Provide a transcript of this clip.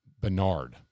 Bernard